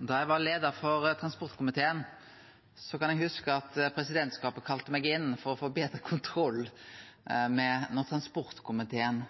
Da eg var leiar av transportkomiteen, kan eg hugse at presidentskapet kalla meg inn for å få betre kontroll når transportkomiteen